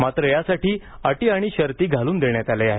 मात्र यासाठी अटी आणि शर्ती घालून देण्यात आल्या आहेत